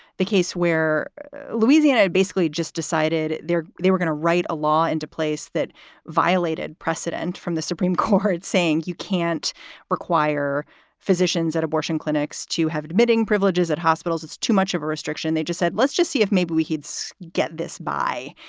the case where louisiana basically just decided there they were gonna write a law into place that violated precedent from the supreme court, saying you can't require physicians at abortion clinics to have admitting privileges at hospitals. it's too much of a restriction. they just said, let's just see if maybe we'd so get this by.